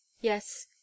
Yes